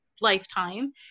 lifetime